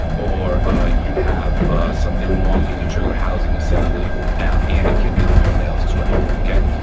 or you have something wrong in your trigger housing assembly and it can be the rear rails as well, okay?